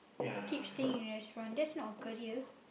keep staying in restaurant that's not a career